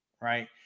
right